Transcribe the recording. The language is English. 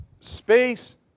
space